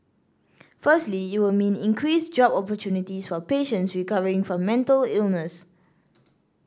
firstly it will mean increased job opportunities for patients recovering from mental illness